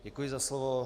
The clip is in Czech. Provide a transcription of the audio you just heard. Děkuji za slovo.